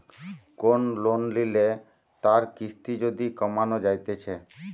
কোন লোন লিলে তার কিস্তি যদি কমানো যাইতেছে